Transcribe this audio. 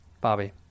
Bobby